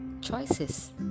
choices